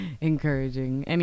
encouraging